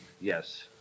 yes